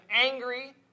angry